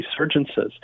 resurgences